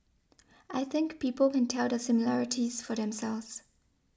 I think people can tell the similarities for themselves